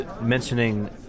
mentioning